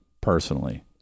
personally